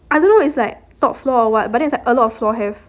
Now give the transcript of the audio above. I don't know it's like top floor or what but then is like a lot of floor have